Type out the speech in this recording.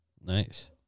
Nice